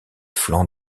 flancs